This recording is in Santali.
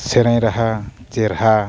ᱥᱮᱨᱮᱧ ᱨᱟᱦᱟ ᱪᱮᱨᱦᱟ